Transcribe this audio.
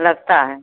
लगता है